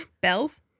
bells